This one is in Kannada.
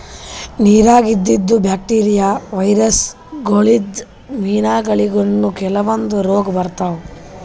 ನಿರಾಗ್ ಇದ್ದಿದ್ ಬ್ಯಾಕ್ಟೀರಿಯಾ, ವೈರಸ್ ಗೋಳಿನ್ದ್ ಮೀನಾಗೋಳಿಗನೂ ಕೆಲವಂದ್ ರೋಗ್ ಬರ್ತಾವ್